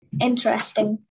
Interesting